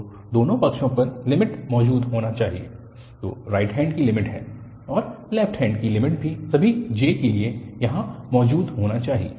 तो दोनों पक्षों पर लिमिट मौजूद होना चाहिए तो राइट हैन्ड की लिमिट है और लेफ्ट हैन्ड की लिमिट भी सभी j के लिए वहाँ मौजूद होना चाहिए